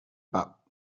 pas